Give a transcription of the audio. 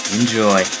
Enjoy